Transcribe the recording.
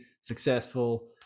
successful